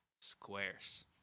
Squares